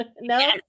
No